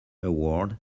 award